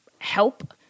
Help